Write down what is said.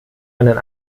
einen